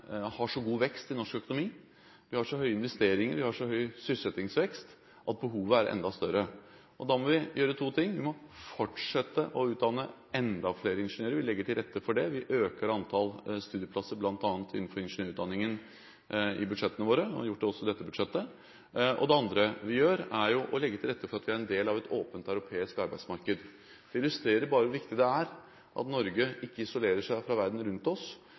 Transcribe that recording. har så god vekst i norsk økonomi – vi har så høye investeringer, vi har så høy sysselsettingsvekst – at behovet er enda større. Da må vi gjøre to ting. Vi må fortsette å utdanne enda flere ingeniører. Vi legger til rette for det. Vi øker antallet studieplasser, bl.a. innenfor ingeniørutdanningen, i budsjettene våre. Det har vi også gjort i dette budsjettet. Det andre vi gjør, er å legge til rette for å være en del av et åpent europeisk arbeidsmarked. Det illustrerer bare hvor viktig det er at Norge ikke isolerer seg fra verden rundt,